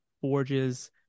forges